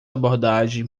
abordagem